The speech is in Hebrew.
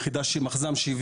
יחידה שהיא מחז"מ 70